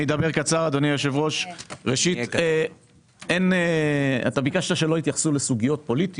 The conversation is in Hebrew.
אי אפשר שלא לדבר עליו,